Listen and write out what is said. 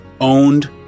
owned